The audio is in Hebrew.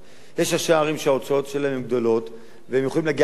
יש ראשי ערים שההוצאות שלהם גדולות והם יכולים להגיע למצב,